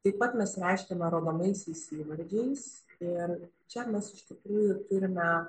taip pat mes reiškiame rodomaisiais įvardžiais ir čia mes iš tikrųjų turime